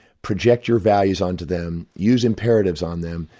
project your values on to them, use imperatives on them,